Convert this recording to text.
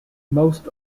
most